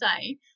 say